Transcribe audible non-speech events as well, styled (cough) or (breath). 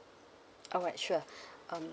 alright sure (breath) um